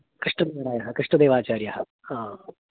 कृष्णदेवरायः कृष्णदेवाचार्यः